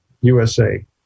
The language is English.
USA